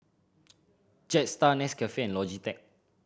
Jetstar Nescafe and Logitech